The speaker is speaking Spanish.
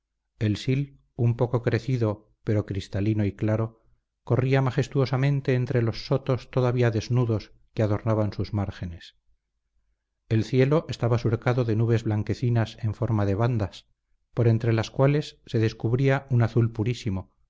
el sil un poco crecido pero cristalino y claro corría majestuosamente entre los sotos todavía desnudos que adornaban sus márgenes el cielo estaba surcado de nubes blanquecinas en forma de bandas por entre las cuales se descubría un azul purísimo